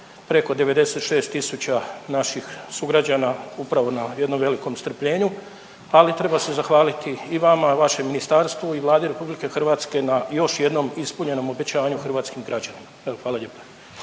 preko 96 tisuća naših sugrađana upravo na jednom velikom strpljenju, ali treba se zahvaliti i vama, vašem ministarstvu i Vladi RH na još jednom ispunjenom obećanju hrvatskim građanima. Evo, hvala lijepa.